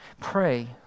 pray